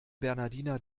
bernhardiner